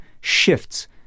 shifts